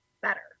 better